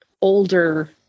older